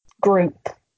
group